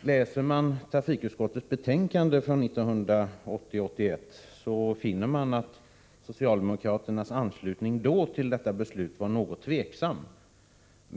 Läser man trafikutskottets betänkande från 1980/81, finner man att socialdemokraternas anslutning till detta beslut var något tveksam.